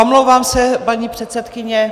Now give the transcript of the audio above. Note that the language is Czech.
Omlouvám se, paní předsedkyně.